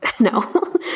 no